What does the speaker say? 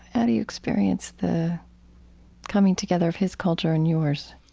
how do you experience the coming together of his culture and yours?